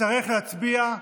יצטרך להצביע,